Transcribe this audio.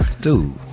dude